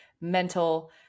mental